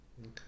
Okay